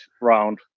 round